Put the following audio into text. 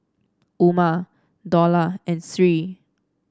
Umar Dollah and Sri